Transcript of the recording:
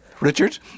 Richard